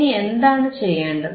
ഇനി എന്താണ് ചെയ്യേണ്ടത്